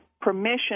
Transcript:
permission